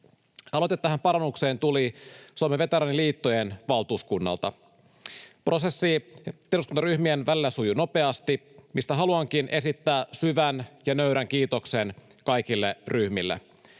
Aloite tähän parannukseen tuli Suomen veteraaniliittojen valtuuskunnalta. Prosessi eduskuntaryhmien välillä sujui nopeasti, mistä haluankin esittää syvän ja nöyrän kiitoksen kaikille ryhmille.